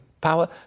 power